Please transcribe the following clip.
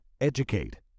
educate